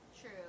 True